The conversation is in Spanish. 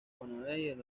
bonaerense